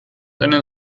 einen